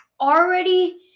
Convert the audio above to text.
already